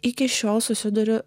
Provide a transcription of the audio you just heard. iki šiol susiduriu